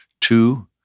two